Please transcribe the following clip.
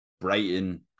Brighton